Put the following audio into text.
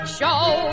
show